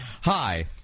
Hi